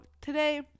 today